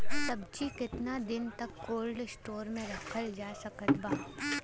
सब्जी केतना दिन तक कोल्ड स्टोर मे रखल जा सकत बा?